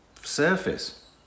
surface